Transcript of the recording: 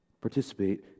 participate